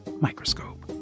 microscope